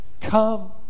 Come